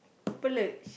plurged